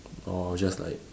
I'll just like